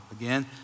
Again